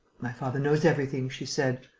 my father knows everything, she said.